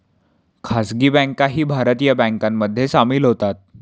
खासगी बँकाही भारतीय बँकांमध्ये सामील होतात